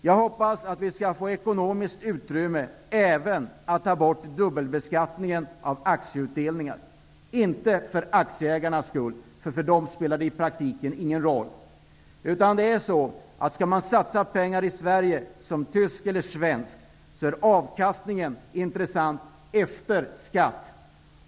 Jag hoppas att vi skall få ekonomiskt utrymme för att även ta bort dubbelbeskattningen av aktieutdelningar, inte för aktieägarnas skull, för för dem spelar det i praktiken ingen roll. Skall man satsa pengar i Sverige som tysk eller svensk är avkastningen efter skatt intressant.